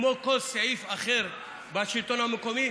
כמו בכל סעיף אחר בשלטון המקומי,